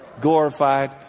glorified